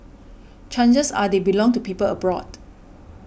chances are they belong to people abroad